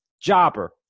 Jobber